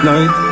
Night